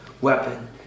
weapon